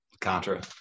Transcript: contra